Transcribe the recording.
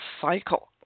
cycle